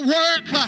work